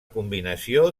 combinació